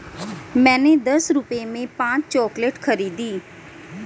मैंने दस रुपए में पांच चॉकलेट खरीदी